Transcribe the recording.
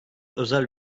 özel